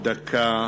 דקה